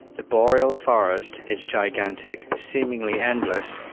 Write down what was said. the boreal forest is gigantic, seemingly endless,